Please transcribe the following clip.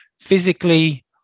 physically